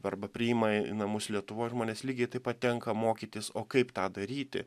arba priima į namus lietuvoj žmonės lygiai taip pat tenka mokytis o kaip tą daryti